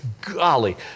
Golly